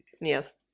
Yes